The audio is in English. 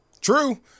True